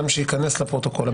גם שייכנס לפרוטוקול,